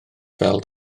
fel